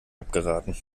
abgeraten